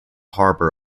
harbor